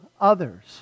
others